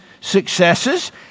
successes